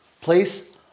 Place